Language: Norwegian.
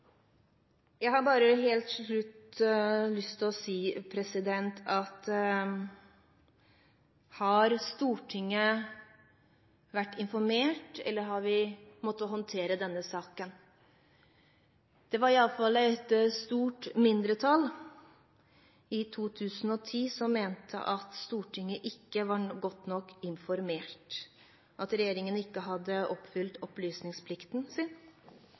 Jeg har helt til slutt lyst til å si at når det gjelder om Stortinget har vært informert – eller vi har måttet håndtere denne saken – var det i alle fall et stort mindretall i 2010 som mente at Stortinget ikke var godt nok informert, at regjeringen ikke hadde oppfylt opplysningsplikten sin.